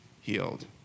healed